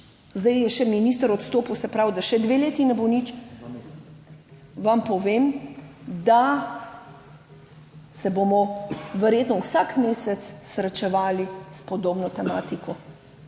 zdaj je še minister odstopil, se pravi, da še dve leti ne bo nič, vam povem, da se bomo verjetno vsak mesec srečevali s podobno tematiko.